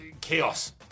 Chaos